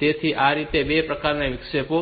તેથી આ રીતે બે પ્રકારના વિક્ષેપો